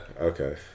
Okay